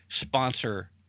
sponsor